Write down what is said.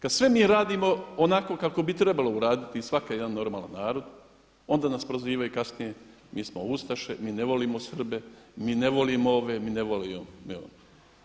Kada mi sve radimo onako kako bi trebalo uraditi svaki jedan normalan narod, onda nas prozivaju kasnije mi smo Ustaše, mi ne volimo Srbe, mi ne volimo ove, mi ne volimo ono.